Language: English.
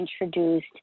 introduced